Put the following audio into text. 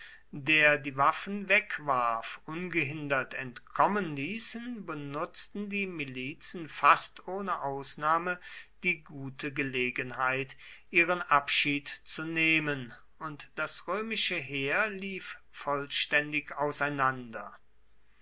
der die waffen wegwarf ungehindert entkommen ließen benutzten die milizen fast ohne ausnahme die gute gelegenheit ihren abschied zu nehmen und das römische heer lief vollständig auseinander